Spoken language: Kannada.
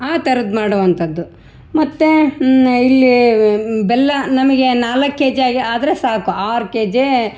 ಆ ಥರದ್ ಮಾಡೋವಂಥದ್ದು ಮತ್ತು ಇಲ್ಲೀ ಬೆಲ್ಲ ನಮಗೆ ನಾಲ್ಕು ಕೆಜಿ ಆಗಿ ಆದರೆ ಸಾಕು ಆರು ಕೆಜೆ